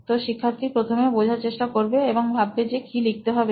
তো শিক্ষার্থী প্রথমে বোঝার চেষ্টা করবে এবং ভাববে যে কি লিখতে হবে